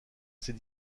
ses